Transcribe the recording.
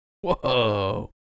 Whoa